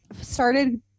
started